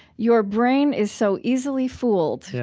your brain is so easily fooled.